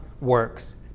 works